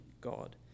god